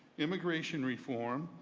immigration reform,